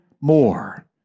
more